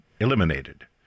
eliminated